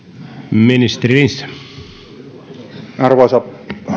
arvoisa